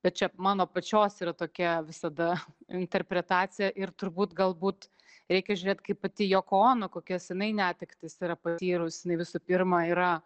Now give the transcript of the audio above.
bet čia mano pačios yra tokia visada interpretacija ir turbūt galbūt reikia žiūrėt kaip pati joko ono kokias jinai netektis yra patyrusijinai visų pirma yra